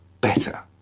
better